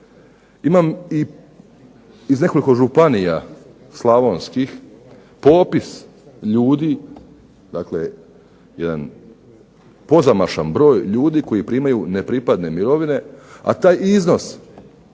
Imam i iz nekoliko županija slavonskih popis ljudi, dakle jedan pozamašan broj ljudi koji primaju nepripadne mirovine, a taj iznos